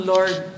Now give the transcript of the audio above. Lord